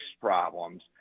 problems